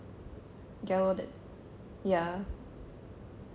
ya lor that's ya